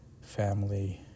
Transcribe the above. family